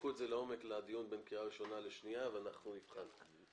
תבדקו את זה לעומק לדיון בין קריאה ראשונה לשנייה ואנחנו נבחן את זה.